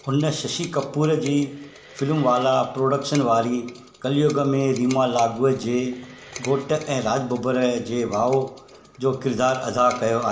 हुन शशि कपूर जी फिल्मवाला प्रोडक्शन वारी कलयुग में रीमा लागूअ जे घोट ऐं राज बब्बर जे भाउ जो किरिदारु अदा कयो आहे